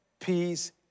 Peace